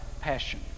passion